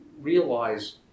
realize